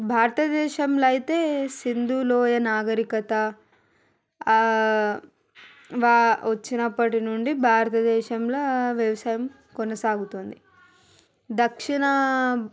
భారతదేశంలో అయితే సింధులోయ నాగరికత వ వచ్చినప్పటినుండి భారతదేశంలో వ్యవసాయం కొనసాగుతుంది దక్షిణ